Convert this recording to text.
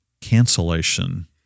cancellation